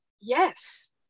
Yes